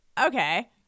Okay